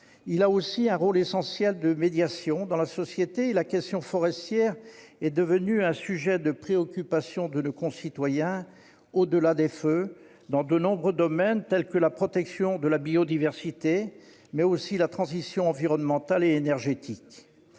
il a aussi un rôle essentiel de médiation dans la société et, de fait, la question forestière est devenue un sujet de préoccupation de nos concitoyens, au-delà des feux, dans de nombreux domaines : protection de la biodiversité, transition environnementale et énergétique.